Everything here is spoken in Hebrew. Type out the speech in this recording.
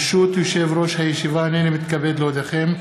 ברשות יושב-ראש הישיבה, הינני מתכבד להודיעכם,